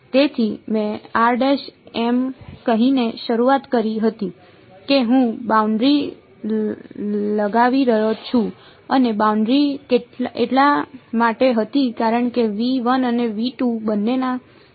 તેથી મેં એમ કહીને શરૂઆત કરી હતી કે હું બાઉન્ડ્રી લગાવી રહ્યો છું અને બાઉન્ડ્રી એટલા માટે હતી કારણ કે અને બંનેમાં સીમાઓ છે